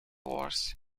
worse